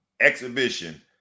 exhibition